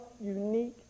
unique